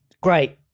Great